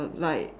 like